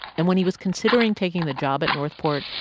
and when he was considering taking the job at north port,